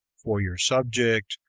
for your subject,